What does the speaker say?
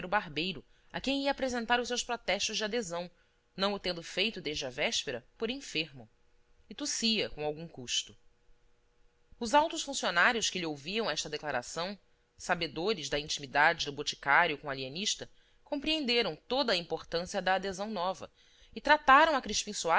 barbeiro a quem ia apresentar os seus protestos de adesão não o tendo feito desde a véspera por enfermo e tossia com algum custo os altos funcionários que lhe ouviam esta declaração sabedores da intimidade do boticário com o alienista compreenderam toda a importância da adesão nova e trataram a